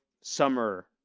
summer